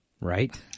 Right